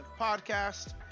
podcast